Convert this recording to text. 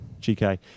GK